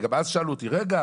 וגם אז שאלו אותי 'רגע,